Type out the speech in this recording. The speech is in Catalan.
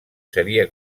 seria